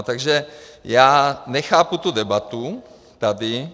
Takže já nechápu tu debatu tady.